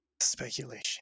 speculation